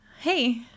Hey